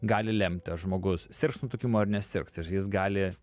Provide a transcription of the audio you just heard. gali lemti ar žmogus sirgs nutukimu ar nesirgs ar jis gali